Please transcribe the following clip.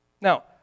Now